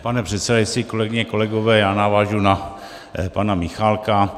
Pane předsedající, kolegyně, kolegové, já navážu na pana Michálka.